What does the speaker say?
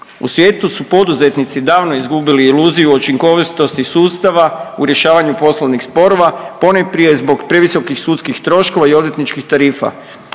U svijetu su poduzetnici davno izgubili iluziju učinkovitosti sustava u rješavanju poslovnih sporova ponajprije zbog previsokih sudskih troškova i odvjetničkih tarifa,